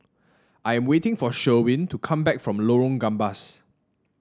I am waiting for Sherwin to come back from Lorong Gambas